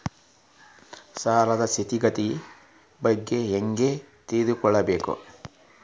ಸಾಲದ್ ಸ್ಥಿತಿಗತಿ ಬಗ್ಗೆ ಹೆಂಗ್ ತಿಳ್ಕೊಬೇಕು?